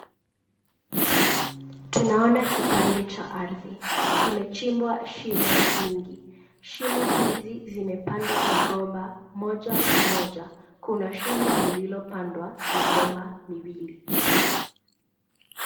Tunaona kipande cha ardhi, kimechimbwa shimo mingi. Shimo hizi zimepandwa migomba moja moja. Kuna shimo lililo pandwa migomba miwili.